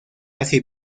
asia